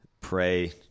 Pray